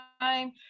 time